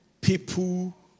People